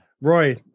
Roy